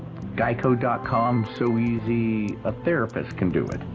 geico dot com so easy a therapist can do it.